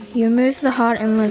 you remove the heart and liver.